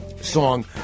song